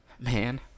Man